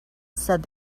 said